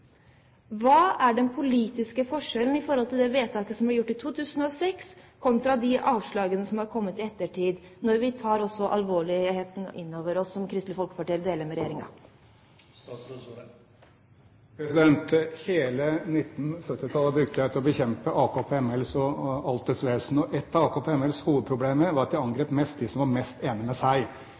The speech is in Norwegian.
Hva er den politiske forskjellen på det vedtaket som ble gjort i 2006 kontra de avslagene som er kommet i ettertid, når vi tar alvoret inn over oss, som Kristelig Folkeparti deler med regjeringen? Hele 1970-tallet brukte jeg til å bekjempe AKP og alt dets vesen, og et av AKP s hovedproblemer var at de angrep mest dem som var mest enige med dem. Jo lenger unna dem du sto, jo mindre interessert var de i det. De som var